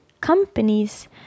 Companies